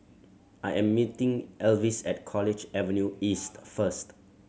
I am meeting Elvis at College Avenue East first